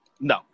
No